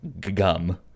gum